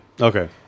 Okay